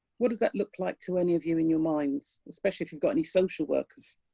what does that look like to any of you in your minds, especially if you've got any social workers?